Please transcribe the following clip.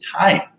time